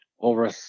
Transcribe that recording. over